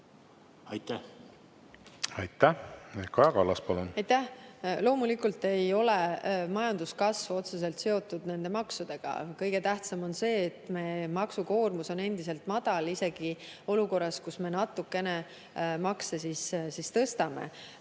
palun! Aitäh! Kaja Kallas, palun! Aitäh! Loomulikult ei ole majanduskasv otseselt seotud nende maksudega. Kõige tähtsam on see, et maksukoormus on endiselt madal, isegi olukorras, kus me natukene makse tõstame.